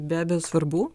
be abejo svarbu